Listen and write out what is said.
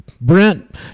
Brent